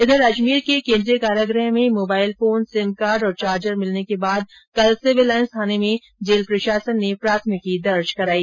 इधर अजमेर के केंद्रीय कारागृह में मोबाइल फोन सिम कार्ड और चार्जर मिलने के बाद कल सिविल लाइंस थाने में जेल प्रशासन ने प्राथमिकी दर्ज कराई